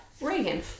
Reagan